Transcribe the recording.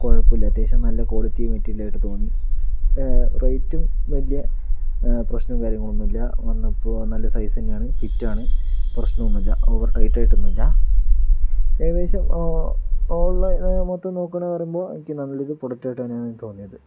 കുഴപ്പമില്ല അത്യാവശ്യം നല്ല ക്വാളിറ്റി മെറ്റീരിയലായിട്ട് തോന്നി റേറ്റും വലിയ പ്രശ്നങ്ങളും കാര്യങ്ങളും ഒന്നും ഇല്ല ഒന്നിപ്പോ ഇപ്പോൾ നല്ല സൈസ് തന്നെയാണ് ഫിറ്റാണ് പ്രശ്നോന്നുല്ല ഓവർ ടൈറ്റായിട്ടൊന്നും ഇല്ല ഏകദേശം ഓ ഓൺലൈൻ മൊത്തം നോക്കണ് വരുമ്പോൾ എനിക്ക് നല്ലൊരു പ്രോഡക്റ്റായിട്ട് തന്നെയാണ് തോന്നിയത്